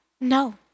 No